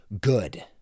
good